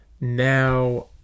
now